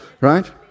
right